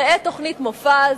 ראה תוכנית מופז.